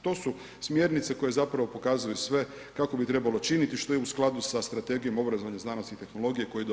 To su smjernice koje zapravo pokazuju sve kako bi trebalo činiti, što je u skladu sa strategijom obrazovnih znanosti i tehnologije koje je donio HS.